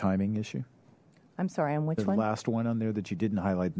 timing issue i'm sorry i'm which the last one on there that you didn't highlight